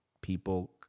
people